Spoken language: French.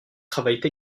travaillent